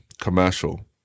commercial